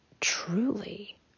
truly